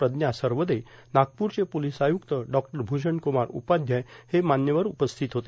प्रज्ञा सरवदेनागपूरचे पोर्लस आय्क्त डॉ भूषण कुमार उपाध्याय हे मान्यवर उपस्थित होते